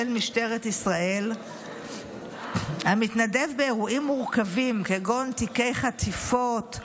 משטרת ישראל המתנדב באירועים מורכבים כגון תיקי חטיפות,